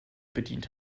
bedient